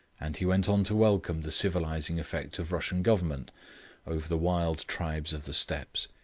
and he went on to welcome the civilising effect of russian government over the wild tribes of the steppes,